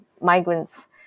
migrants